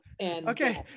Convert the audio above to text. Okay